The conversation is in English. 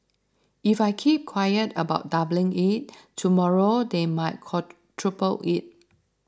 if I keep quiet about doubling it tomorrow they might quadruple it